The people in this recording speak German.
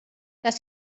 das